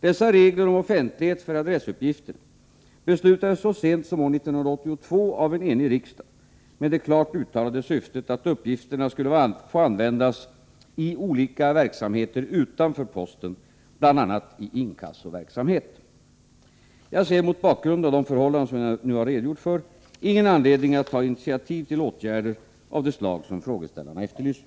Dessa regler om offentlighet för adressuppgifterna beslutades så sent som år 1982 av en enig riksdag med det klart uttalade syftet att uppgifterna skulle få användas i olika verksamheter utanför posten, bl.a. i inkassoverksamhet. Jag ser mot bakgrund av de förhållanden som jag nu har redogjort för ingen anledning att ta initiativ till åtgärder av det slag som frågeställarna efterlyser.